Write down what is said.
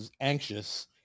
anxious